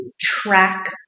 track